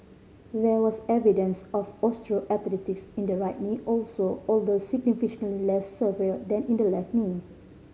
there was evidence of osteoarthritis in the right knee also although significantly less severe than in the left knee